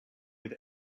with